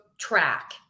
track